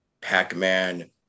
Pac-Man